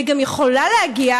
וגם יכולה להגיע,